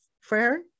Frere